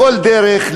בכל דרך,